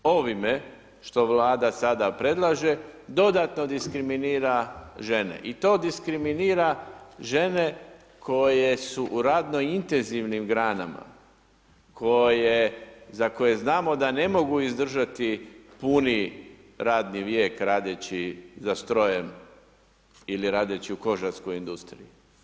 Ovime što Vlada sada predlaže dodatno diskriminira žene i to diskriminira žene koje su u radno intenzivnim granama, koje za koje znamo da ne mogu izdržati puni radni vijek radeći za strojem ili radeći u kožarskoj industriji.